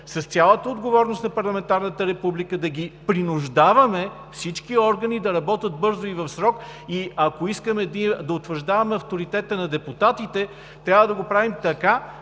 с цялата отговорност на парламентарната република, да принуждаваме всички органи да работят бързо и в срок. И, ако искаме да утвърждаваме авторитета на депутатите, трябва да го правим така,